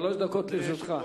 שלוש דקות לרשותך.